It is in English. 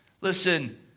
listen